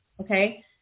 okay